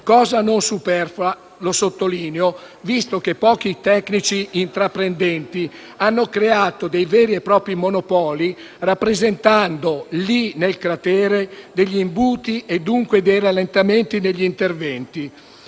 cosa non superflua - lo sottolineo - visto che pochi tecnici intraprendenti hanno creato veri e propri monopoli rappresentando, lì nel cratere, degli imbuti e, dunque, dei rallentamenti negli interventi.